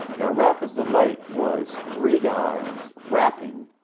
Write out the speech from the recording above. now, rapper's delight was three guys rapping.